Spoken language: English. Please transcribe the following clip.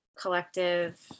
collective